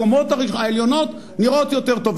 הקומות העליונות נראות יותר טוב,